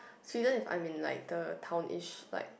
Sweden if I'm in like the town ish like